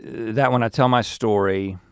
that when i tell my story,